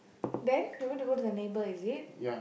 then you want to go to the neighbour is it